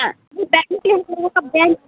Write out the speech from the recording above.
हाँ बैठने के लिए हम लोगों का बैंच